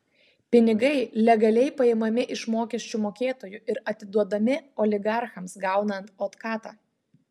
pinigai legaliai paimami iš mokesčių mokėtojų ir atiduodami oligarchams gaunant otkatą